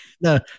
No